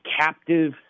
captive